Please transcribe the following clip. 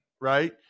Right